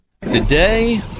Today